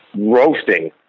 roasting